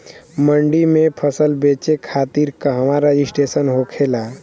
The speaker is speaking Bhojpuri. मंडी में फसल बेचे खातिर कहवा रजिस्ट्रेशन होखेला?